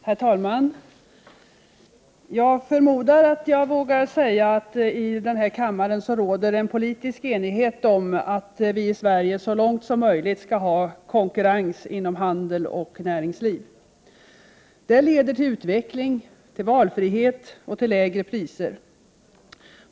Herr talman! Jag tror att jag vågar säga att det i den här kammaren råder politisk enighet om att vi i Sverige så långt möjligt skall ha konkurrens inom handel och näringsliv. Det leder till utveckling, valfrihet och lägre priser.